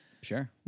Sure